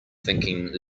thinking